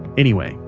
anyway,